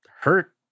hurt